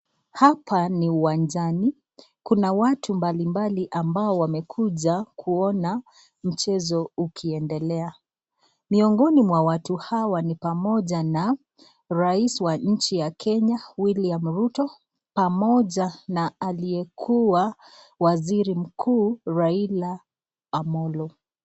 Hapa ni uwanjani. Kuna watu mbalimbali ambao wamekuja kuona mchezo ukiendelea. Miongoni mwa watu hawa ni pamoja na rais wa nchi ya Kenya, William Ruto, pamoja na aliyekuwa waziri mkuu, Raila Amolo.